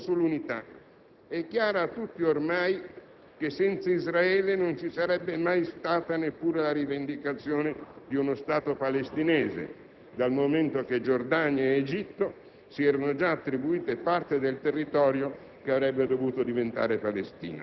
Ogni pur cauta apertura, di credito, verso questa organizzazione, il permetterle di ritenere che vi possa essere nei suoi confronti un ammorbidimento della comunità internazionale, senza che essa modifichi le sue posizioni,